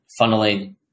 funneling